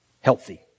healthy